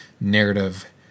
narrative